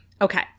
Okay